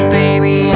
baby